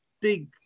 big